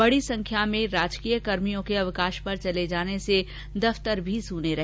बडी संख्या में राजकीय कर्मियों के अवकाश पर चले जाने से दफ़तर भी सुने रहे